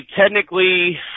technically